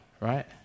right